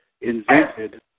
invented